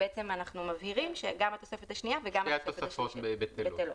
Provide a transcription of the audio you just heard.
כך שבעצם גם התוספת השנייה וגם התוספת השלישית בטלות.